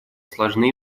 сложны